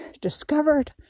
discovered